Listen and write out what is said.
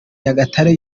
nyagatare